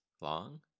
long